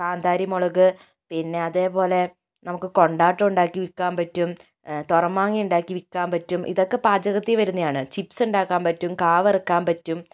കാന്താരി മുളക് പിന്നെ അതേപോലെ നമുക്ക് കൊണ്ടാട്ടം ഉണ്ടാക്കി വിൽക്കാൻ പറ്റും തുറമാങ്ങാ ഉണ്ടാക്കി വിക്കാൻ പറ്റും ഇതൊക്കെ പാചകത്തിൽ വരുന്നയാണ് ചിപ്സ് ഉണ്ടാക്കാൻ പറ്റും കാ വറുക്കാൻ പറ്റും